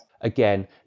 Again